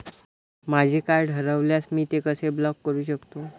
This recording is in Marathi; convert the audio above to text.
माझे कार्ड हरवल्यास मी ते कसे ब्लॉक करु शकतो?